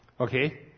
okay